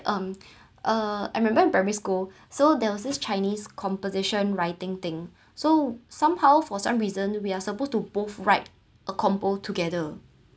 um uh I remember in primary school so there was this chinese competition writing thing so somehow for some reason we are supposed to both write a compo together